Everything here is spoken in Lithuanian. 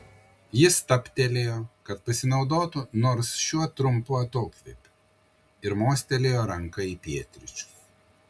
jis stabtelėjo kad pasinaudotų nors šiuo trumpu atokvėpiu ir mostelėjo ranka į pietryčius